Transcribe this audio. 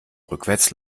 rückwärts